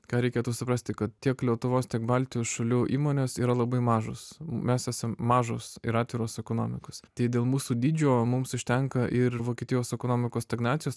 ką reikėtų suprasti kad tiek lietuvos tiek baltijos šalių įmonės yra labai mažos mes esam mažos ir atviros ekonomikos tai dėl mūsų dydžio mums užtenka ir vokietijos ekonomikos stagnacijos